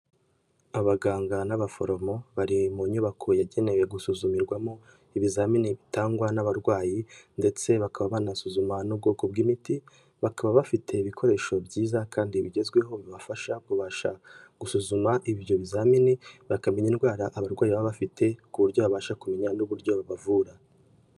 Abaganga n'abaforomo, bari mu nyubako yagenewe gusuzumirwamo ibizamini bitangwa n'abarwayi ndetse bakaba banasuzuma n'ubwoko bw'imiti, bakaba bafite ibikoresho byiza kandi bigezweho bibafasha kubasha gusuzuma ibyo bizamini, bakamenya indwara abarwayi baba bafite ku buryo babasha kumenya n'uburyo babavura.